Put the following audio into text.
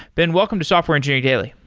ben, welcome to software engineer daily.